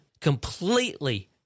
completely